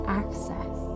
access